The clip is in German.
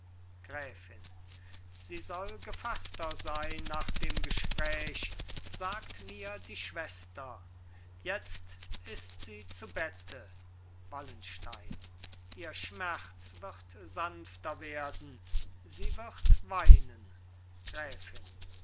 gräfin sie soll gefaßter sein nach dem gespräch sagt mir die schwester jetzt ist sie zu bette wallenstein ihr schmerz wird sanfter werden sie wird weinen gräfin